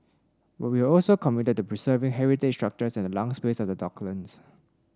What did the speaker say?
but we are also committed to preserving heritage structures and the lung space of the docklands